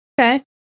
Okay